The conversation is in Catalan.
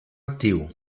actiu